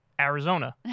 Arizona